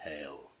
hell